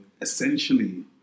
essentially